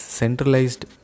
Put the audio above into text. centralized